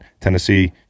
Tennessee